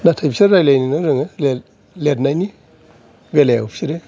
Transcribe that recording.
नाथाय बिसोरो रायलायनोल' रोङो लिरनायनि बेलायाव बिसोरो